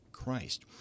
Christ